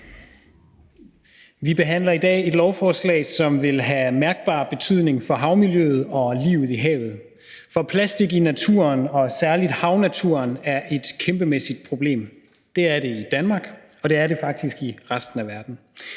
Vi behandler i dag et lovforslag, som vil have mærkbar betydning for havmiljøet og livet i havet. For plastik i naturen og særlig i havnaturen er et kæmpemæssigt problem. Det er det i Danmark, og det er det faktisk i resten af verden.